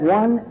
one